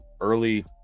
early